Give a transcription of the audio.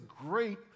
great